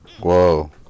Whoa